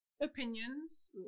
opinions